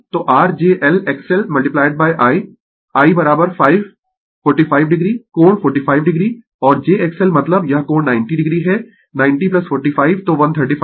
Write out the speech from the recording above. तो r j L XL I I 5 45 o कोण 45 o और j XL मतलब यह कोण 90 o है 90 45 तो 135 o